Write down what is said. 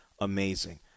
amazing